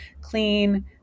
clean